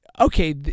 okay